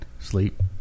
sleep